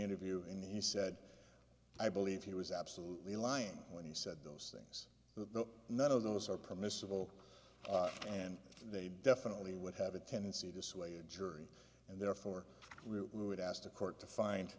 interview in the he said i believe he was absolutely lying when he said those things the none of those are permissible and they definitely would have a tendency to sway a jury and therefore route would ask the court to find